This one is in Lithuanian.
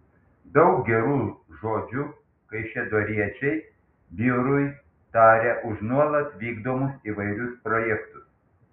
daug gerų žodžių kaišiadoriečiai biurui taria už nuolat vykdomus įvairius projektus